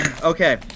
Okay